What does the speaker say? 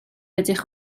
ydych